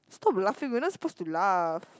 stop laughing we are not supposed to laugh